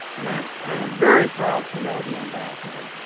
and i um i am very proud to know the ambassador.